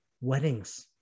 weddings